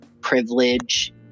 privilege